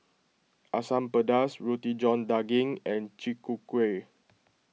Asam Pedas Roti John Daging and Chi Kak Kuih